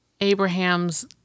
Abraham's